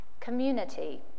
Community